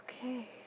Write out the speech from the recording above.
Okay